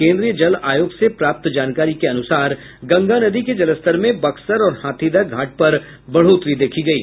केन्द्रीय जल आयोग से प्राप्त जानकारी के अनुसार गंगा नदी के जलस्तर में बक्सर और हाथीदह घाट पर बढोतरी देखी गयी